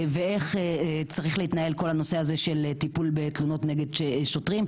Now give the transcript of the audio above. ואיך צריך להתנהל כל הנושא הזה של טיפול בתלונות נגד שוטרים.